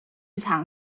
剧场